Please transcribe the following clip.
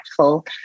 impactful